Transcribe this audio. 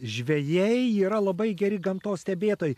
žvejai yra labai geri gamtos stebėtojai